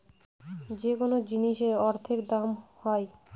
যেকোনো জিনিসের অর্থের দাম হয়